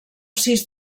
sis